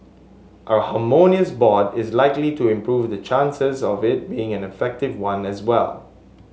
a harmonious board is likely to improve the chances of it being an effective one as well